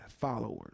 followers